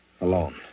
alone